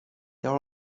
there